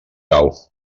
cau